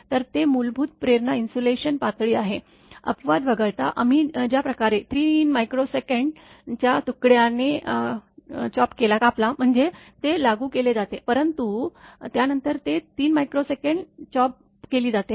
तर तेथे मूलभूत प्रेरणा इन्सुलेशन पातळी आहे अपवाद वगळता आम्ही ज्या प्रकारे 3 μs च्या तुकड्यानी कापला म्हणजेच ते लागू केले जाते परंतु त्यानंतर ते 3 μs चिरले जाते